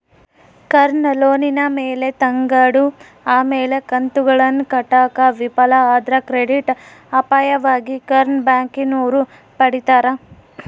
ಕಾರ್ನ ಲೋನಿನ ಮ್ಯಾಲೆ ತಗಂಡು ಆಮೇಲೆ ಕಂತುಗುಳ್ನ ಕಟ್ಟಾಕ ವಿಫಲ ಆದ್ರ ಕ್ರೆಡಿಟ್ ಅಪಾಯವಾಗಿ ಕಾರ್ನ ಬ್ಯಾಂಕಿನೋರು ಪಡೀತಾರ